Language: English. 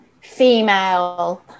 female